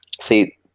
See